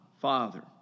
Father